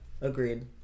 Agreed